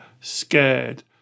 scared